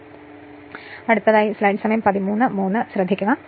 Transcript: ഈ ഡയഗ്രം ഞാൻ ഒരു പുസ്തകത്തിൽ നിന്ന് എടുത്ത ചിത്രത്തിൽ നിന്ന് എടുത്തതാണ്